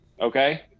okay